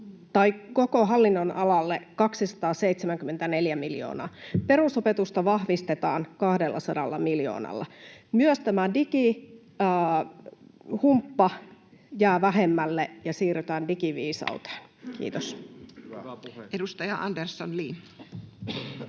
koko hallinnonalalle 274 miljoonaa. Perusopetusta vahvistetaan 200 miljoonalla. Myös digihumppa jää vähemmälle ja siirrytään digiviisauteen. — Kiitos. [Speech 43]